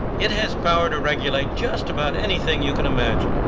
it has power to regulate just about anything you can imagine.